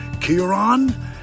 Kieran